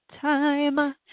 time